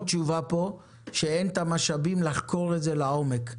תשובה פה שאין את המשאבים לחקור את זה לעומק,